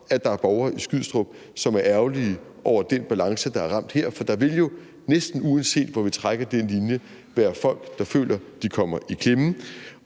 at der er borgere i Skrydstrup, som er ærgerlige over den balance, der er ramt her, for der vil jo, næsten uanset hvor vi trækker den linje, være folk, der føler, at de kommer i klemme.